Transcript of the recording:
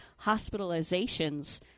hospitalizations